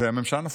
והממשלה נפלה.